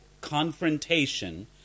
confrontation